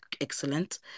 excellent